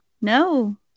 no